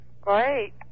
Great